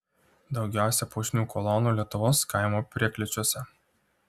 daugiausia puošnių kolonų lietuvos kaimo prieklėčiuose